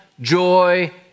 joy